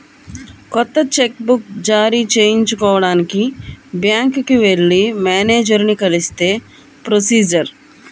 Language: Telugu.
కొత్త చెక్ బుక్ జారీ చేయించుకోడానికి బ్యాంకుకి వెళ్లి మేనేజరుని కలిస్తే ప్రొసీజర్